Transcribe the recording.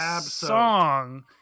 song